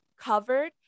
covered